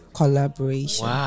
collaboration